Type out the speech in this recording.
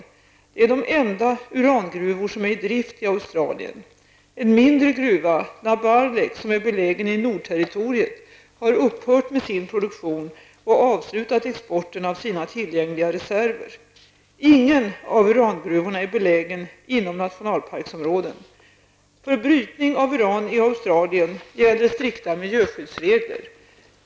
Det är de enda urangruvor som är i drift i Australien. Nordterritoriet, har upphört med sin produktion och avslutat exporten av sina tillgängliga reserver. Ingen av urangruvorna är belägen inom nationalparksområden. För brytning av uran i Australien gäller strikta miljöskyddsregler.